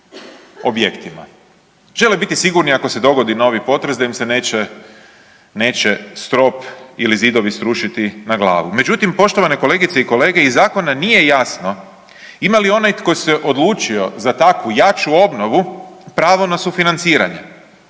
Žele bit sigurni ako se dogodi novi potres da im se neće, neće strop ili zidovi srušiti na glavu. Međutim, poštovane kolegice i kolege iz zakona nije jasno ima li onaj tko se odlučio za takvu jaču obnovu pravo na sufinanciranje,